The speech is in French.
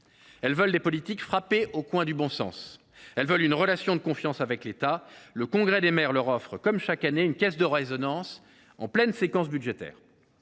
Elles veulent des politiques frappées au coin du bon sens, ainsi qu’une relation de confiance avec l’État. Le Congrès des maires leur offre, comme chaque année, une caisse de résonance en pleine séquence budgétaire.